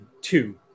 two